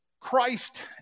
Christ